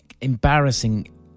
embarrassing